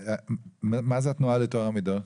מה זה התנועה לטוהר המידות?